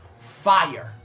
FIRE